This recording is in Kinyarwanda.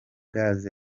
gaz